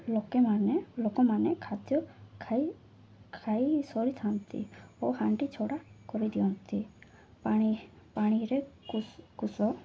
ଲୋକେମାନେ ଲୋକମାନେ ଖାଦ୍ୟ ଖାଇ ଖାଇ ସରିଥାନ୍ତି ଓ ହାଣ୍ଡି ଛଡ଼ା କରିଦିଅନ୍ତି ପାଣି ପାଣିରେ କୁ କୁଶ